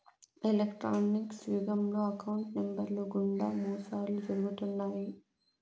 electronics యుగంలో account నెంబర్లు గుండా మోసాలు జరుగుతున్నాయి